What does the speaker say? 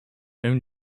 own